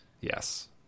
yes